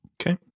Okay